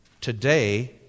Today